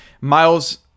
Miles